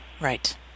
Right